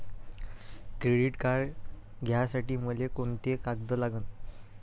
Credit card घ्यासाठी मले कोंते कागद लागन?